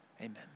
Amen